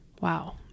Wow